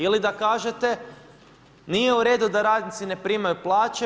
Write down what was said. Ili da kažete nije u redu da radnici ne primaju plaće.